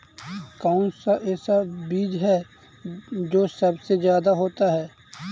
कौन सा ऐसा बीज है जो सबसे ज्यादा होता है?